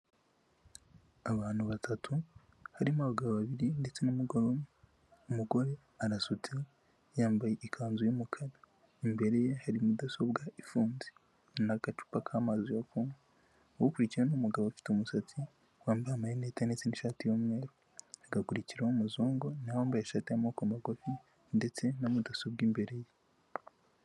Abantu batatu, harimo abagabo babiri ndetse n'umugabo umwe. Umugore arasutse yambaye ikanzu y'umukara. Imbere ye hari mudasobwa ifunze. N'agacupa k'amazi yo kunywa. Ukurikiyeho ni umugabo afite umusatsi wambaye amarinete ndetse n'ishati y'umweru. Hagakurikiraho umuzungu na we wambaye ishati y'amaboko magufi, ndetse na mudasobwa imbere ye.